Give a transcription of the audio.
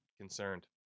concerned